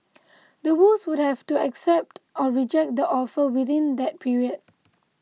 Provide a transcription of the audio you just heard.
the Woos would have to accept or reject the offer within that period